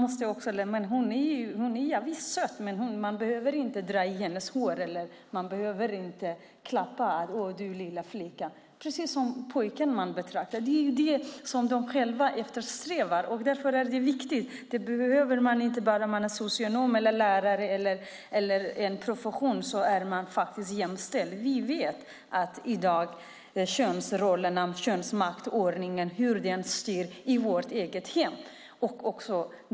Hon kanske är söt, men när någon drar henne i håret behöver man inte klappa på henne och säga lilla flicka. Man ska göra på samma sätt med både pojkar och flickor. Det är det som eftersträvas. Detta är viktigt, inte bara om man är socionom eller lärare. Man är faktiskt jämställd. Vi vet i dag hur könsrollerna och könsmaktsordningen styr i vårt eget hem.